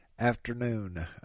Afternoon